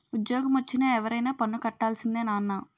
ఉజ్జోగమొచ్చిన ఎవరైనా పన్ను కట్టాల్సిందే నాన్నా